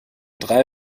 drei